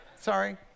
Sorry